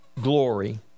glory